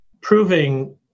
proving